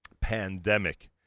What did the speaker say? pandemic